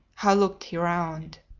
how looked he round!